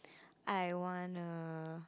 I wanna